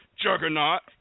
juggernaut